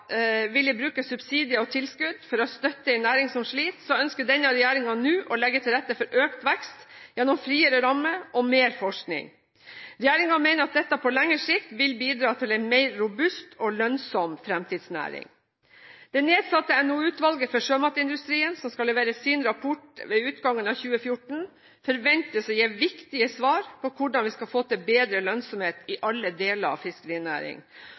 bruke subsidier og tilskudd for å støtte en næring som sliter, ønsker denne regjeringen nå å legge til rette for økt vekst gjennom friere rammer og mer forskning. Regjeringen mener at dette på lengre sikt vil bidra til en mer robust og lønnsom fremtidsnæring. Det nedsatte NOU-utvalget for sjømatindustrien, som skal levere sin rapport ved utgangen av 2014, forventes å gi viktige svar på hvordan vi skal få til bedre lønnsomhet i alle deler av